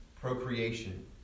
procreation